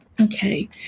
Okay